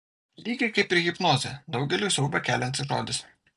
lygiai kaip ir hipnozė daugeliui siaubą keliantis žodis